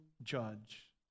Judge